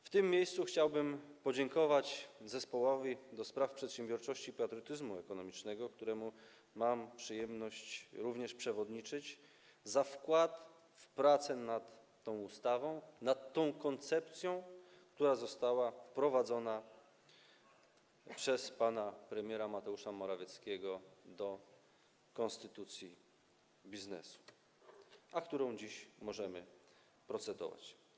W tym miejscu chciałbym podziękować zespołowi do spraw przedsiębiorczości i patriotyzmu ekonomicznego, któremu mam przyjemność również przewodniczyć, za wkład w pracę nad tą ustawą, nad tą koncepcją, która została wprowadzona przez pana premiera Mateusza Morawieckiego do konstytucji biznesu i nad którą dziś możemy procedować.